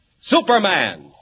Superman